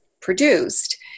produced